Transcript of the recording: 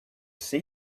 see